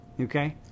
Okay